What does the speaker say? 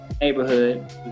Neighborhood